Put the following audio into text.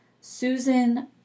Susan